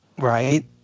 Right